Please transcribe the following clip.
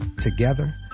Together